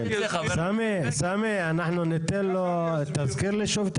סמי, אנחנו ניתן לו לסיים.